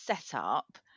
setup